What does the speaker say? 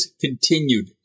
continued